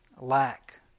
lack